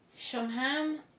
Shamham